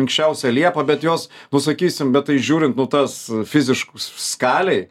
minkščiausia liepa bet jos nu sakysim bet tai žiūrint nu tas fiziškus skalėj